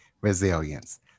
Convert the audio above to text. resilience